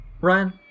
Ryan